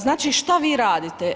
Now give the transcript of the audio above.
Znači šta vi radite?